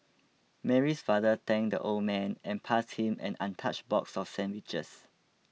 Mary's father thanked the old man and passed him an untouched box of sandwiches